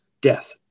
death